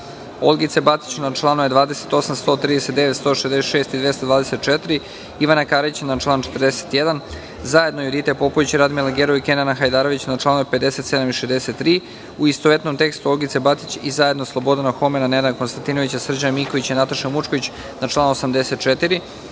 Olgice Batić na čl. 28, 139, 166. i 224; Ivana Karića na član 41; zajedno Judite Popović, Radmile Gerov i Kenana Hajdarevića na čl. 57. i 63; u istovetnom tekstu Olgice Batić i zajedno Slobodana Homena, Nenada Konstantinovića, Srđana Mikovića i Nataše Vučković na član 84;